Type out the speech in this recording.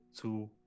two